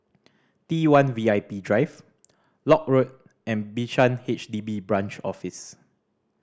T One V I P Drive Lock Road and Bishan H D B Branch Office